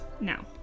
Now